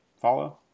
follow